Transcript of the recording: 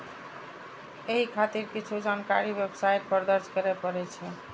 एहि खातिर किछु जानकारी वेबसाइट पर दर्ज करय पड़ै छै